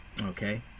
Okay